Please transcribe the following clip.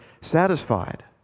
satisfied